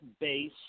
base